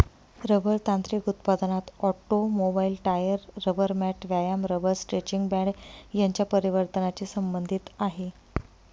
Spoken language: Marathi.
रबर तांत्रिक उत्पादनात ऑटोमोबाईल, टायर, रबर मॅट, व्यायाम रबर स्ट्रेचिंग बँड यांच्या परिवर्तनाची संबंधित आहे